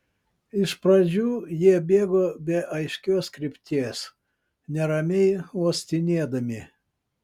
iš pradžių jie bėgo be aiškios krypties neramiai uostinėdami